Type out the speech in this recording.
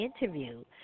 interview